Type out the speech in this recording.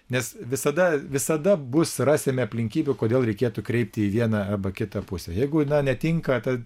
nes visada visada bus rasime aplinkybių kodėl reikėtų kreipti į vieną arba kitą pusę jeigu na netinka ta